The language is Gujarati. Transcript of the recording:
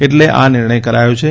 એટલે આ નિર્ણય કરાયો છે